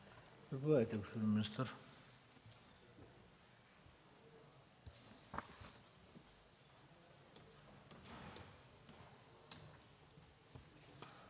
Благодаря, господин министър.